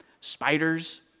spiders